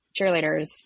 cheerleaders